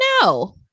no